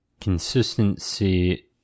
Consistency